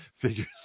figures